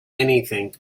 anything